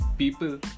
people